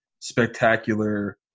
spectacular